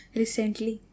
recently